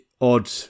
odd